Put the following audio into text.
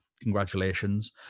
congratulations